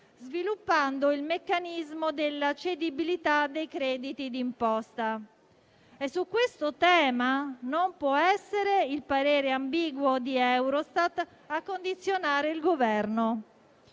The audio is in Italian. sviluppando il meccanismo della cedibilità dei crediti di imposta. Su questo tema non può essere il parere ambiguo di Eurostat a condizionare il Governo